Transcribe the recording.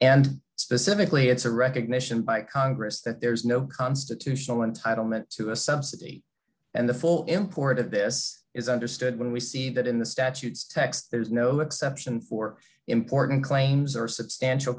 and specifically it's a recognition by congress that there is no constitutional entitlement to a subsidy and the full import of this is understood when we see that in the statutes text there's no exception for important claims or substantial